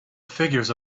figures